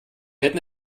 hätten